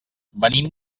venim